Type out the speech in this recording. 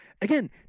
Again